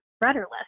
rudderless